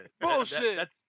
Bullshit